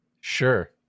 Sure